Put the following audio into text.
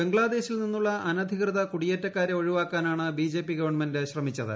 ബംഗ്ലാദേശിൽ നിന്നുള്ള അനധികൃത കുടിയേറ്റക്കാരെ ഒഴിവാക്കാനാണ് ബിജെപി ഗവൺമെന്റ് ശ്രമിച്ചത്